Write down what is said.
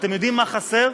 אתם יודעים מה חסר?